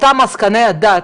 אותם עסקני הדת